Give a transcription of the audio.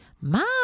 Mom